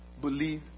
believe